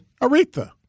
Aretha